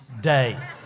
Day